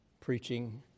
preaching